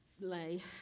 lay